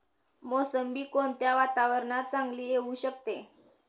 मोसंबी कोणत्या वातावरणात चांगली येऊ शकते?